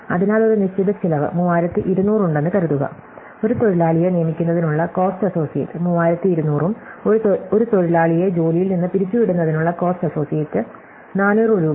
അതിനാൽ ഒരു നിശ്ചിത ചിലവ് 3200 ഉണ്ടെന്ന് കരുതുക ഒരു തൊഴിലാളിയെ നിയമിക്കുന്നതിനുള്ള കോസ്റ്റ് അസോസിയേറ്റ് 3200 ഉം ഒരു തൊഴിലാളിയെ ജോലിയിൽ നിന്ന് പിരിച്ചുവിടുന്നതിനുള്ള കോസ്റ്റ് അസോസിയേറ്റാണ് 4000 രൂപയും